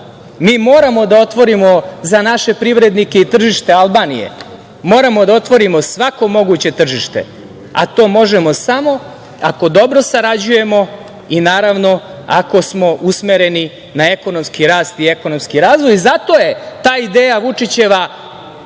moramo da otvorimo za naše privrednike i tržište Albanije, moramo da otvorimo svako moguće tržište, a to možemo samo ako dobro sarađujemo i, naravno ako smo usmereni na ekonomski rast i ekonomski razvoj. Zato je ta ideja Vučićeva